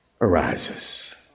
arises